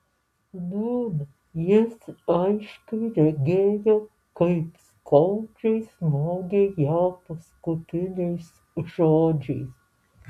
nūn jis aiškiai regėjo kaip skaudžiai smogė ją paskutiniais žodžiais